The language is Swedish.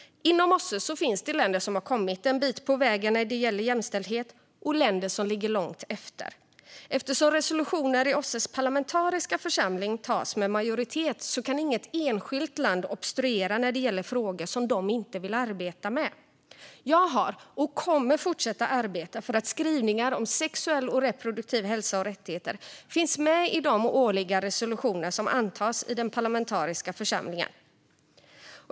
Inom OSSE finns länder som har kommit en bit på vägen när det gäller jämställdhet och länder som ligger långt efter. Eftersom resolutioner i OSSE:s parlamentariska församling antas med majoritet kan inget enskilt land obstruera när det gäller frågor som de inte vill arbeta med. Jag har arbetat och kommer att fortsätta att arbeta för att skrivningar om sexuell och reproduktiv hälsa och rättigheter ska finnas med i de årliga resolutioner som antas i den parlamentariska församlingen.